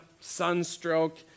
sunstroke